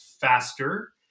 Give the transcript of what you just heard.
faster